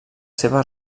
seves